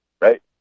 right